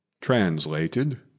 Translated